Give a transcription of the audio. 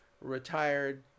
retired